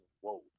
whoa